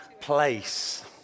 place